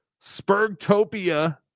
Spurgtopia